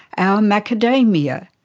our macadamia,